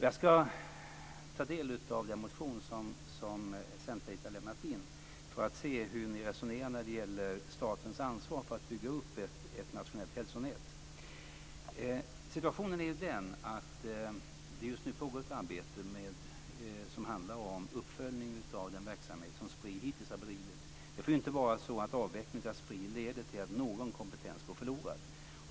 Jag ska ta del av den motion som Centerpartiet har väckt för se hur ni resonerar när det gäller statens ansvar för uppbyggnad av ett nationellt hälsonät. Situationen är den att det just nu pågår ett arbete med uppföljning av den verksamhet som Spri hittills har bedrivit. Det får inte bli så att avvecklingen av Spri leder till att någon kompetens går förlorad.